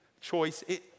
Choice